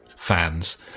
fans